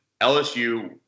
LSU